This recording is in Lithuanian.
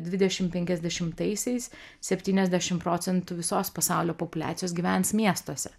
dvidešim penkiasdešimtaisiais septyniasdešim procentų visos pasaulio populiacijos gyvens miestuose